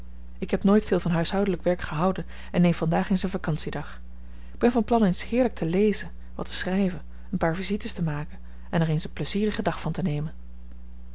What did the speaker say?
ik heb nooit veel van huishoudelijk werk gehouden en neem vandaag eens een vacantiedag k ben van plan eens heerlijk te lezen wat te schrijven een paar visites te maken en er eens een plezierigen dag van te nemen